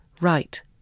Right